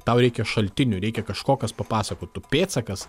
tau reikia šaltinių reikia kažko kas papasakotų pėdsakas